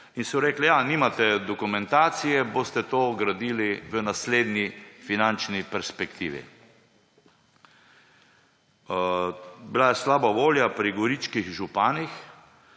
In so rekli, »ja, nimate dokumentacije, boste to gradili v naslednji finančni perspektivi«. Bila je slaba volja pri goričkih županih,